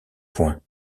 point